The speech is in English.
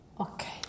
Okay